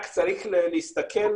רק צריך להסתכל